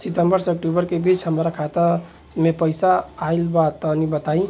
सितंबर से अक्टूबर के बीच हमार खाता मे केतना पईसा आइल बा तनि बताईं?